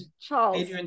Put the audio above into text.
Charles